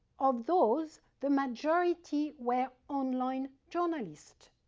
of those, the majority were online journalists.